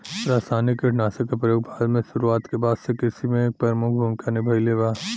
रासायनिक कीटनाशक के प्रयोग भारत में शुरुआत के बाद से कृषि में एक प्रमुख भूमिका निभाइले बा